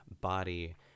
body